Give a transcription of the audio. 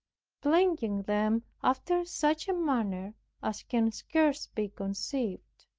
plaguing them after such a manner as can scarce be conceived.